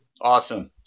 Awesome